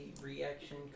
reaction